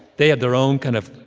they have their own kind of.